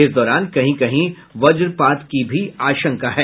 इस दौरान कहीं कहीं वज्रपात की भी आशंका है